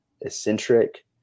eccentric